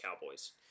Cowboys